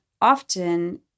often